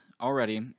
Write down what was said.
already